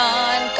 on